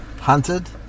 Hunted